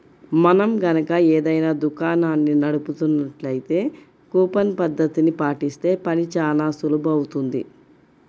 మనం గనక ఏదైనా దుకాణాన్ని నడుపుతున్నట్లయితే కూపన్ పద్ధతిని పాటిస్తే పని చానా సులువవుతుంది